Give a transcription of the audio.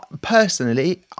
Personally